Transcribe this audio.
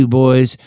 boys